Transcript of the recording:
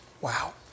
Wow